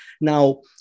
Now